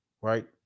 right